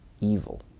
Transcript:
evil